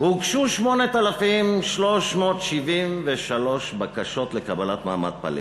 הוגשו 8,373 בקשות לקבלת מעמד פליט.